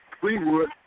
Greenwood